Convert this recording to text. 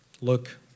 Look